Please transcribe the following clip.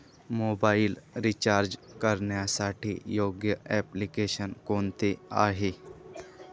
Mobile recharge करण्यासाठी योग्य application कोणते आहे?